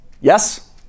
Yes